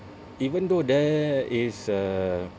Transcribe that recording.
even though there is a